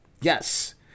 Yes